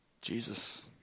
Jesus